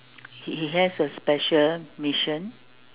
he has a special mission